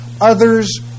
Others